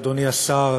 אדוני השר,